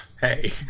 Hey